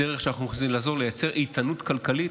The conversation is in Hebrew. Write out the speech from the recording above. הדרך שאנחנו מציעים היא לעזור לייצר איתנות כלכלית,